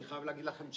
אני חייב להגיד לכם,